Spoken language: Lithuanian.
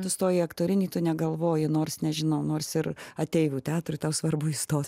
tu stoji į aktorinį tu negalvoji nors nežinau nors ir ateivių teatrui tau svarbu įstot